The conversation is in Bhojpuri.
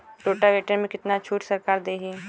रोटावेटर में कितना छूट सरकार देही?